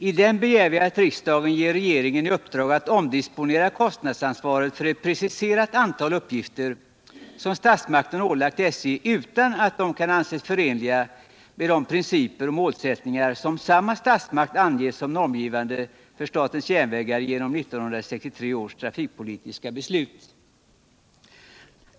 I den begär vi att riksdagen ger regeringen i uppdrag att omdisponera kostnadsansvaret för ett preciserat antal uppgifter, som statsmakten ålagt SJ utan att de kan anses förenliga med de principer och målsättningar som samma statsmakt angett som normgivande för statens järnvägar genom 1963 års trafikpolitiska beslut.